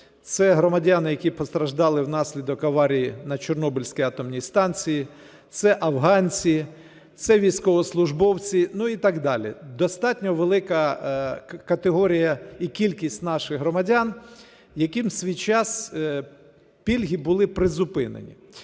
це громадяни, які постраждали внаслідок аварії на Чорнобильській атомній станції, це афганці, це військовослужбовці і так далі – достатньо велика категорія і кількість наших громадян, яким у свій час пільги були призупинені.